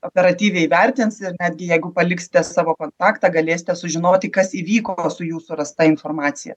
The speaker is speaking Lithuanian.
operatyviai įvertins ir netgi jeigu paliksite savo kontaktą galėsite sužinoti kas įvyko su jūsų surasta informacija